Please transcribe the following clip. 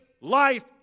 life